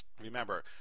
remember